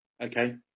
okay